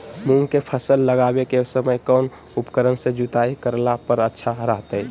मूंग के फसल लगावे के समय कौन उपकरण से जुताई करला पर अच्छा रहतय?